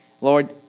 Lord